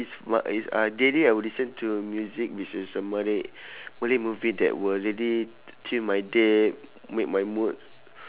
is what is uh daily I would listen to music which is a malay malay movie that will really treat my day make my mood